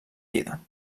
vida